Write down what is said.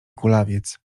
kulawiec